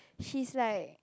she's like